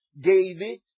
David